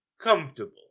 comfortable